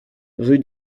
rue